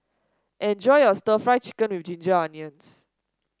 enjoy your stir Fry Chicken with Ginger Onions